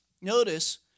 notice